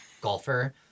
golfer